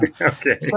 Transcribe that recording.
Okay